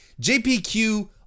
JPQ